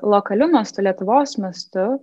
lokaliu mastu lietuvos mastu